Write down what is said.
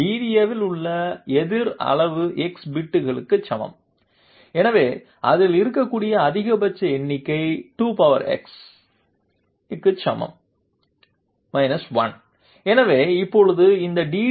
DDAவில் உள்ள எதிர் அளவு x பிட்களுக்கு சமம் எனவே அதில் இருக்கக்கூடிய அதிகபட்ச எண்ணிக்கை 2x க்கு சமம் 1எனவே இப்போது இந்த டி